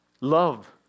love